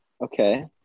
Okay